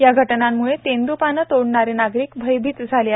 या घटनांम्ळे तेंद्रपाने तोडणारे नागरिक भयभित झाले आहेत